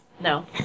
No